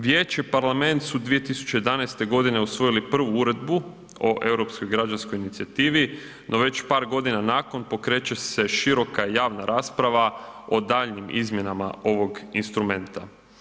Vijeće i Parlament su 2011. godine osvojili prvu uredbu o Europskoj građanskoj inicijativi no već par godina nakon pokreće se široka i javna rasprava o daljnjim izmjenama ovog instrumenta.